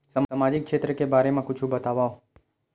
सामजिक क्षेत्र के बारे मा कुछु बतावव?